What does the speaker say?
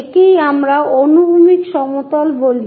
একেই আমরা অনুভূমিক সমতল বলি